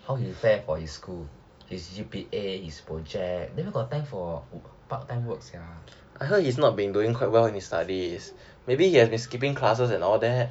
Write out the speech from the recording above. how he fare for his school his G_P_A his project never got time for part time work sia